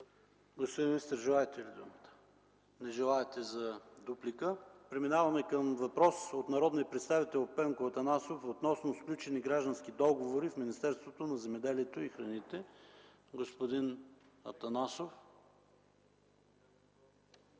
Господин министър, желаете ли дуплика? Не. Преминаваме към въпрос от народния представител Пенко Атанасов относно сключени граждански договори в Министерството на земеделието и храните. Господин Атанасов,